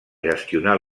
gestionar